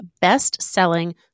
best-selling